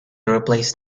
replaced